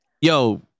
Yo